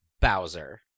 Bowser